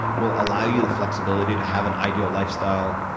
will allow you the flexibility to have an ideal lifestyle,